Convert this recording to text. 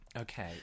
Okay